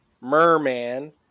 Merman